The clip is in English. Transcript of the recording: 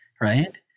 right